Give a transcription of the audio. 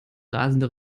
rasende